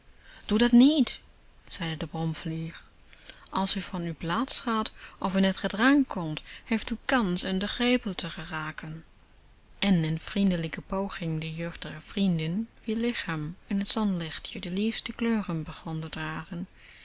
doe dat niet zeide de bromvlieg als u van uw plaats gaat of in t gedrang komt heeft u kans in de greppel te geraken en in vriendelijke poging de jeugdige vriendin wier lichaam in het zonlicht de liefste kleuren begon te dragen